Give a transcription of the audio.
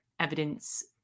evidence